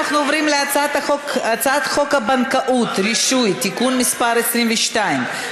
אנחנו עוברים להצעת חוק הבנקאות (רישוי) (תיקון מס' 22),